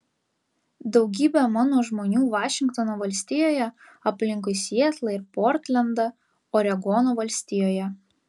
daugybė mano žmonių vašingtono valstijoje aplinkui sietlą ir portlendą oregono valstijoje